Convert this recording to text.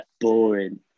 boring